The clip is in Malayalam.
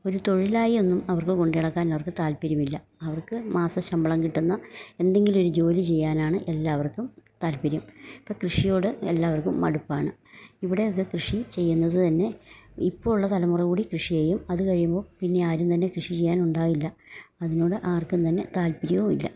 ഒരു തൊഴിലായി ഒന്നും അവർക്ക് കൊണ്ടുനടക്കാൻ അവർക്ക് താല്പര്യമില്ല അവർക്ക് മാസ ശമ്പളം കിട്ടുന്ന എന്തെങ്കിലൊരു ജോലി ചെയ്യാനാണ് എല്ലാവർക്കും താൽപര്യം ഇപ്പം കൃഷിയോട് എല്ലാവർക്കും മടുപ്പാണ് ഇവിടെയൊക്കെ കൃഷി ചെയ്യുന്നത് തന്നെ ഇപ്പോളുള്ള തലമുറ കൂടി കൃഷി ചെയ്യും അത് കഴിയുമ്പോൾ പിന്നെ ആരും തന്നെ കൃഷി ചെയ്യനുണ്ടാവില്ല അതിനോട് ആർക്കും തന്നെ താല്പര്യവുമില്ല